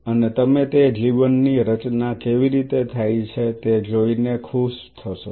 અને તમે તે જીવનની રચના કેવી રીતે થાય છે તે જોઈને ખુશ થશો